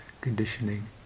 conditioning